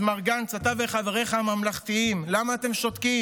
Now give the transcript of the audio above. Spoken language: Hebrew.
אז מר גנץ, אתה וחבריך הממלכתיים, למה אתם שותקים?